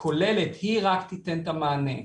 הכוללת, רק היא תיתן את המענה.